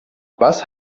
was